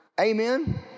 amen